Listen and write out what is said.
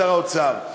שר האוצר,